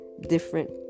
different